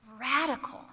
radical